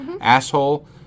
asshole